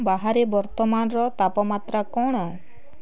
ବାହାରେ ବର୍ତ୍ତମାନର ତାପମାତ୍ରା କ'ଣ